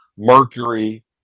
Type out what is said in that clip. mercury